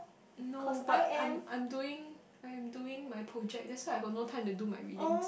no but I'm I'm doing I am doing my project that's why I got no time to do my reading